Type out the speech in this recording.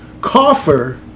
coffer